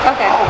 Okay